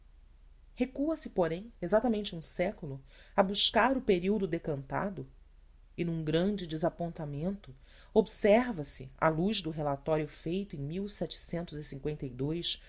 recua se porém exatamente um século a buscar o período decantado e num grande desapontamento observa se à luz do relatório feito em